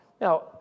Now